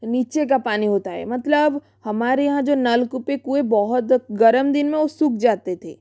नीचे का पानी होता है मतलब हमारे यहाँ जो नलकूपे कुएं बहुत गर्म दिन में ओ सूख जाते थे